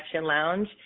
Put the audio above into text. Lounge